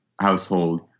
household